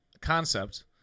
concept